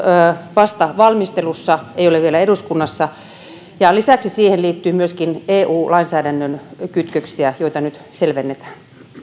vasta valmistelussa se ei ole vielä eduskunnassa lisäksi siihen liittyy myöskin eu lainsäädännön kytköksiä joita nyt selvennetään